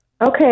Okay